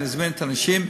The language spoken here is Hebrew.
אני אזמין את האנשים.